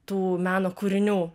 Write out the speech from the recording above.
tų meno kūrinių